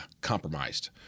compromised